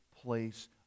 place